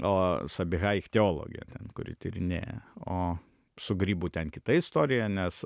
o sabiha ichteologė kuri tyrinėja o su grybu ten kita istorija nes